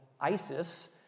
ISIS